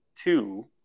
two